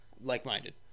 like-minded